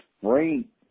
great